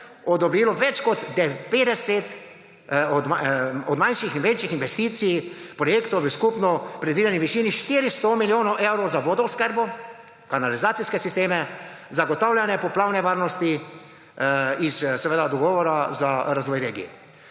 odobrilo več kot 90 manjših in večjih investicij, projektov v skupno predvideni višini 400 milijonov evrov za vodooskrbo, kanalizacijske sisteme, zagotavljanje poplavne varnosti iz Dogovora za razvoj regij.